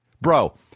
Bro